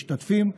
משתתפים.